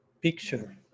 picture